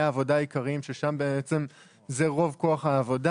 העבודה העיקריים ששם זה רוב כוח העבודה.